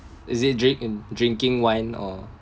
is it drink in drinking wine or